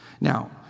Now